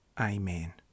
Amen